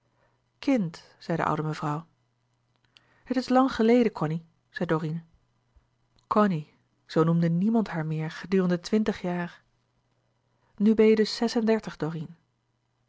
kind zei de oude mevrouw het is lang geleden cony zei dorine cony zoo noemde niemand haar meer gedurende twintig jaar nu ben je dus zes-en-dertig dorine